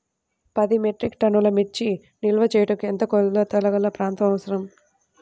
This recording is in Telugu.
పది మెట్రిక్ టన్నుల మిర్చి నిల్వ చేయుటకు ఎంత కోలతగల ప్రాంతం అవసరం?